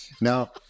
Now